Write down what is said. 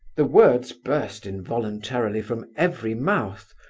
the words burst involuntarily from every mouth.